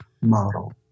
model